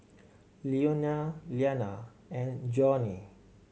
Leonia Iyana and Johnie